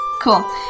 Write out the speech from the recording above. cool